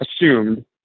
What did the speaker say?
assumed